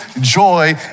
joy